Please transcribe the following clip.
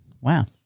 wow